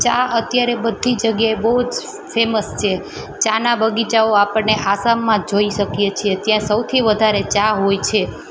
ચા અત્યારે બધી જગ્યાએ બહુ જ ફેમસ છે ચાના બગીચાઓ આપણને આસામમાં જોઈ શકીએ છીએ ત્યાં સૌથી વધારે ચા હોય છે